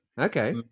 Okay